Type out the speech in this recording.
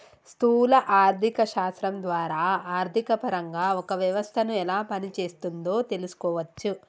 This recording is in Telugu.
స్థూల ఆర్థిక శాస్త్రం ద్వారా ఆర్థికపరంగా ఒక వ్యవస్థను ఎలా పనిచేస్తోందో తెలుసుకోవచ్చు